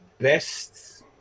best